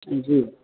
जी